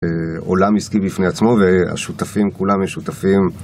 עולם עסקי בפני עצמו והשותפים כולם משותפים.